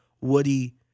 Woody